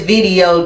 Video